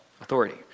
authority